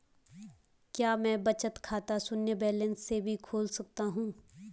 क्या मैं बचत खाता शून्य बैलेंस से भी खोल सकता हूँ?